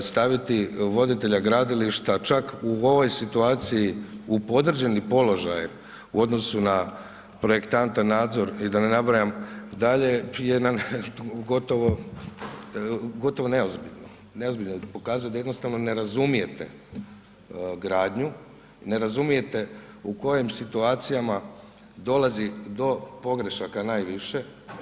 staviti voditelja gradilišta čak u ovoj situaciji u podređeni položaj u odnosu na projektanta nadzor i da ne nabrajam dalje je gotovo neozbiljno, neozbiljno jer pokazuje da jednostavno ne razumijete gradnju, ne razumijete u kojim situacijama dolazi do pogrešaka najviše.